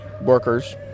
workers